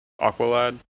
Aqualad